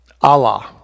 Allah